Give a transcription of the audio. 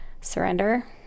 surrender